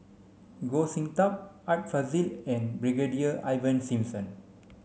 Goh Sin Tub Art Fazil and Brigadier Ivan Simson